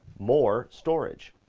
more storage.